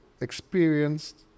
experienced